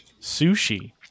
Sushi